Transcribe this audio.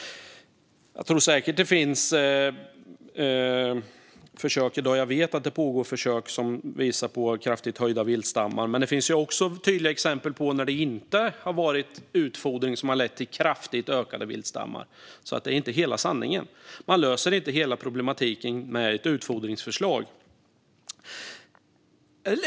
Jag vet att det pågår försök som visar på kraftigt ökade viltstammar, men det finns också tydliga exempel där det inte har varit utfodring som har lett till detta. Det är alltså inte hela sanningen. Man löser inte hela problematiken med ett utfodringsförslag.